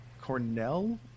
Cornell